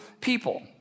people